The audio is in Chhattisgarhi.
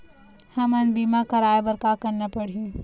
हमन बीमा कराये बर का करना पड़ही?